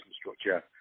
structure